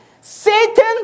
Satan